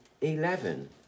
eleven